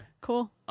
Cool